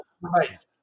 Right